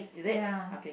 ya